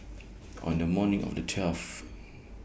on The morning of The twelfth